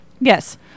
yes